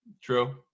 true